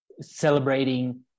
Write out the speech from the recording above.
celebrating